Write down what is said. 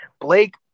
Blake